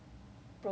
free stuff ah